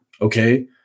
Okay